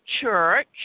church